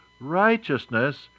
righteousness